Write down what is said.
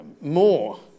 more